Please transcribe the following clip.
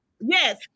Yes